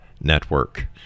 Network